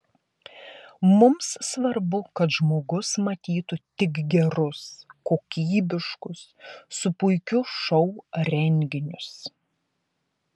mums svarbu kad žmogus matytų tik gerus kokybiškus su puikiu šou renginius